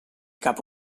cap